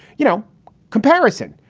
you know comparison.